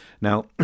Now